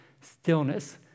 stillness